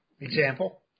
Example